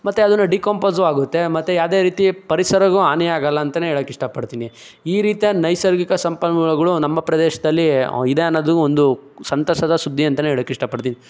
ಮತ್ತು ಅದನ್ನು ಡಿಕಂಪೋಸು ಆಗುತ್ತೆ ಮತ್ತು ಯಾವ್ದೇ ರೀತಿ ಪರಿಸರಕ್ಕೂ ಹಾನಿ ಆಗಲ್ಲ ಅಂತಾನೆ ಹೇಳಕ್ಕೆ ಇಷ್ಟಪಡ್ತೀನಿ ಈ ರೀತಿಯ ನೈಸರ್ಗಿಕ ಸಂಪನ್ಮೂಲಗಳು ನಮ್ಮ ಪ್ರದೇಶದಲ್ಲಿ ಇದೆ ಅನ್ನೋದು ಒಂದು ಸಂತಸದ ಸುದ್ದಿ ಅಂತಾನೆ ಹೇಳಕ್ಕೆ ಇಷ್ಟಪಡ್ತೀನಿ